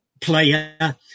player